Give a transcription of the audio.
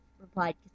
replied